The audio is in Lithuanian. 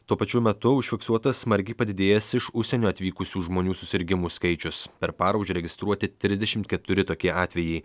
tuo pačiu metu užfiksuotas smarkiai padidėjęs iš užsienio atvykusių žmonių susirgimų skaičius per parą užregistruoti trisdešimt keturi tokie atvejai